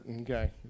okay